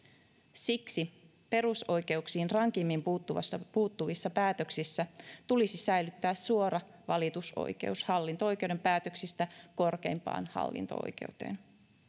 siksi perusoikeuksiin rankimmin puuttuvissa päätöksissä tulisi säilyttää suora valitusoikeus hallinto oikeuden päätöksistä korkeimpaan hallinto oikeuteen